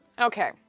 Okay